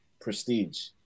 prestige